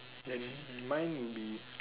and mine be